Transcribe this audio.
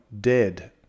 dead